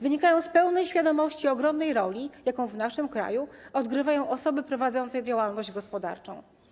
Wynikają z pełnej świadomości i ogromnej roli, jaką w naszym kraju odgrywają osoby prowadzące działalność gospodarczą.